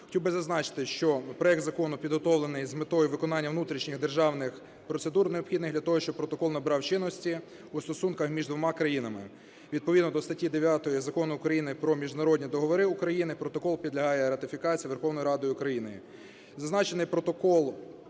Хотів би зазначити, що проект Закону підготовлений з метою виконання внутрішніх державних процедур, необхідних для того, щоб протокол набирав чинності у стосунках між двома країнами. Відповідно до статті 9 Закону України "Про міжнародні договори України" протокол підлягає ратифікації Верховною Радою України. Зазначений протокол